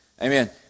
Amen